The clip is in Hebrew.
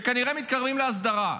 שכנראה מתקרבים להסדרה.